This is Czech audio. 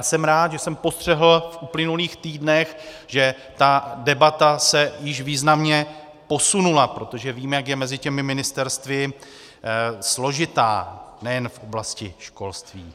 Jsem rád, že jsem postřehl v uplynulých týdnech, že ta debata se již významně posunula, protože víme, jak je mezi těmi ministerstvy složitá, nejen v oblasti školství.